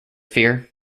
fear